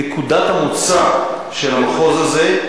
נקודת המוצא של המחוז הזה,